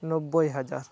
ᱱᱚᱵᱽᱵᱚᱭ ᱦᱟᱡᱟᱨ